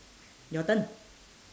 your turn